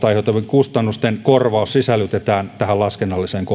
kustannusten korvaus sisällytetään tähän laskennalliseen korvaukseen valtion kunnille